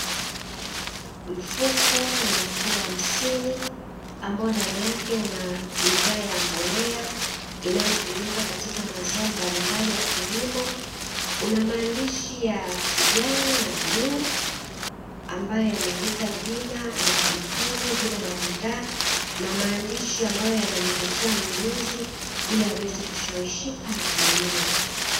Mfuko wenye kilo hamsini ambao ndani yake una bidhaa ya mbolea inayotumika katika mazao mbalimbali ya kilimo, una maandishi ya kijani na bluu ambayo yameandika jina la kampuni, jina la bidhaa na maandishi ambayo yanamvutia mnunuzi ili aweze kushawishika na kununua.